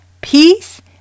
peace